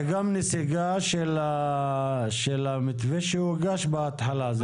זה גם נסיגה של המתווה שהוגש בהתחלה.